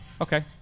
Okay